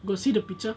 got see the picture